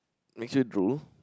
makes you drool